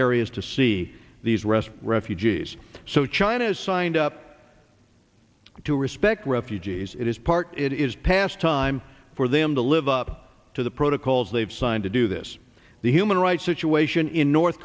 areas to see these rest refugees so china has signed up to respect refugees it is part it is past time for them to live up to the protocols they've signed to do this the human rights situation in north